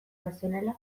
nazionala